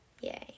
yay